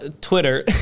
Twitter